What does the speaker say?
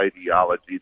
ideology